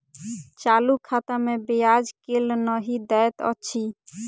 चालू खाता मे ब्याज केल नहि दैत अछि